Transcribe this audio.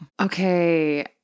Okay